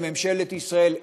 לממשלת ישראל,